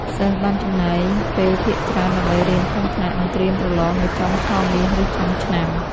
សិស្សបានចំណាយពេលភាគច្រើនដើម្បីរៀនក្នុងថ្នាក់ និងត្រៀមប្រឡងនៅចុងឆមាសឬចុងឆ្នាំ។